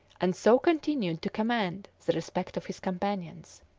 and so continued to command the respect of his companions.